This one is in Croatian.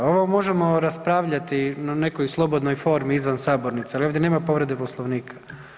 Ovo možemo raspravljati na nekoj slobodnoj formi izvan sabornice, ali ovdje nema povrede Poslovnika.